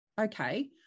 Okay